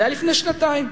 זה היה לפני שנתיים.